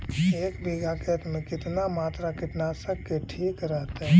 एक बीघा खेत में कितना मात्रा कीटनाशक के ठिक रहतय?